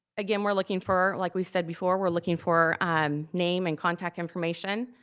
again, we're looking for, like we said before, we're looking for um name and contact information,